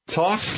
talk